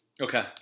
Okay